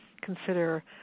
consider